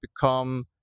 become